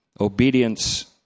obedience